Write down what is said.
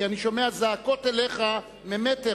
כי אני שומע זעקות אליך ממטר.